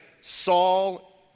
Saul